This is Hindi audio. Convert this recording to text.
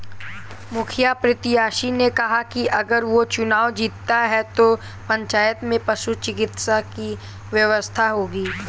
मुखिया प्रत्याशी ने कहा कि अगर वो चुनाव जीतता है तो पंचायत में पशु चिकित्सा की व्यवस्था होगी